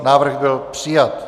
Návrh byl přijat.